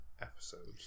episodes